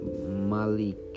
Malik